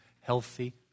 healthy